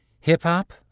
hip-hop